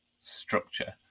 structure